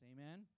Amen